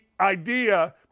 idea